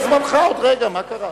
אז יגיע זמנך עוד רגע, מה קרה.